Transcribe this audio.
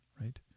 right